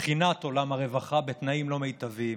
מבחינת עולם הרווחה, בתנאים לא מיטביים.